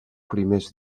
primers